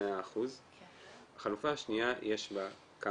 החלופה השנייה של ה-100%?